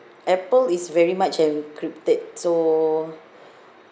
apple is very much encrypted so